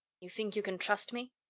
you think you can trust me?